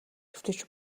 хэвтэж